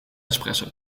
espresso